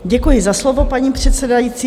Děkuji za slovo, paní předsedající.